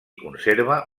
conserva